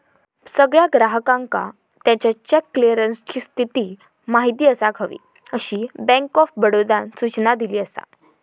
सगळ्या ग्राहकांका त्याच्या चेक क्लीअरन्सची स्थिती माहिती असाक हवी, अशी बँक ऑफ बडोदानं सूचना दिली असा